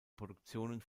produktionen